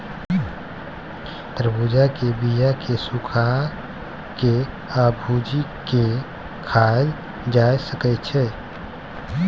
तरबुज्जा के बीया केँ सुखा के आ भुजि केँ खाएल जा सकै छै